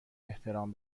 احترام